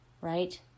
right